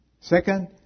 Second